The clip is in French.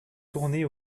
tournées